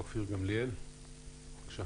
אופיר גמליאל בבקשה.